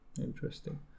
Interesting